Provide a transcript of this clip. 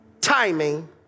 Timing